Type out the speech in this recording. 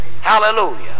Hallelujah